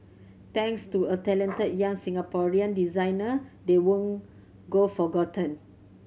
thanks to a talented young Singaporean designer they won't go forgotten